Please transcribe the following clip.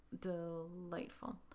delightful